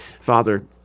Father